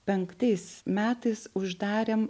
penktais metais uždarėm